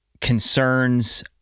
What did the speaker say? concerns